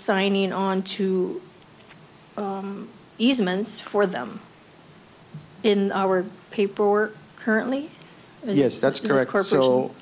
signing onto easements for them in our paperwork currently yes that's correct so